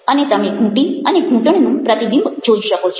અને તમે ઘૂંટી અને ઘૂંટણનું પ્રતિબિંબ જોઈ શકો છો